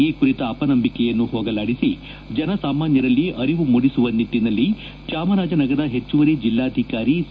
ಈ ಕುರಿತ ಅಪನಂಬಿಕೆಯನ್ನು ಹೋಗಲಾಡಿಸಿ ಜನಸಾಮಾನ್ನರಲ್ಲಿ ಅರಿವು ಮೂಡಿಸುವ ನಿಟ್ಟನಲ್ಲಿ ಚಾಮರಾಜನಗರ ಹೆಚ್ಚುವರಿ ಜೆಲ್ಲಾಧಿಕಾರಿ ಸಿ